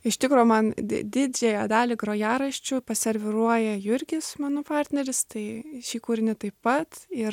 iš tikro man didžiąją dalį grojaraščių serviruoja jurgis mano partneris tai šį kūrinį taip pat ir